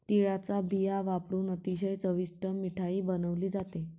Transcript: तिळाचा बिया वापरुन अतिशय चविष्ट मिठाई बनवली जाते